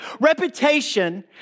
Reputation